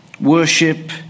Worship